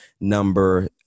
number